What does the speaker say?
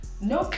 No